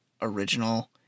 original